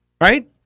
Right